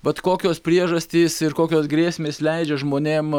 vat kokios priežastys ir kokios grėsmės leidžia žmonėm